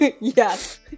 Yes